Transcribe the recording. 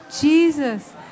Jesus